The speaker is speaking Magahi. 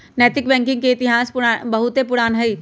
नैतिक बैंकिंग के इतिहास बहुते पुरान हइ